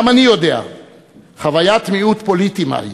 גם אני יודע חוויית מיעוט פוליטי מהי.